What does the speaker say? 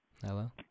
Hello